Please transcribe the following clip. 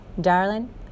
Darling